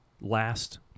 last